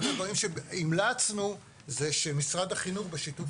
אחד הדברים שהמלצנו שמשרד החינוך בשיתוף